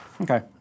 Okay